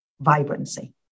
vibrancy